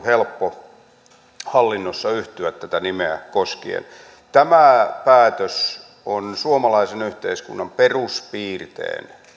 helppo yhtyä tätä nimeä koskien tämä päätös on suomalaisen yhteiskunnan peruspiirteen